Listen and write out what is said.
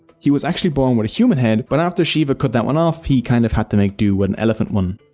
he was born born with a human head but after shiva cut that one off he kind of had to make due with an elephant one.